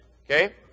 Okay